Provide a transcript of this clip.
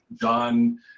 john